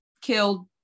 killed